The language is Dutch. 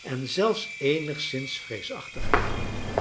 en zelfs eenigszins vreesachtig aan